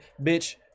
Bitch